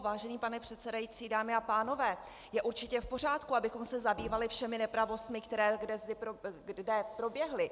Vážený pane předsedající, dámy a pánové, je určitě v pořádku, abychom se zabývali všemi nepravostmi, které kde proběhly.